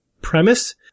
premise